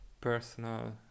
personal